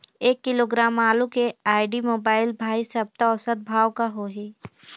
एक किलोग्राम आलू के आईडी, मोबाइल, भाई सप्ता औसत भाव का होही?